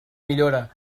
millora